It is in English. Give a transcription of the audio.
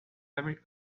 very